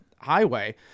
highway